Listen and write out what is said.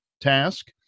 task